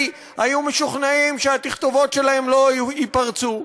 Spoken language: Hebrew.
היו משוכנעים שהתכתובות שלהם לא ייפרצו,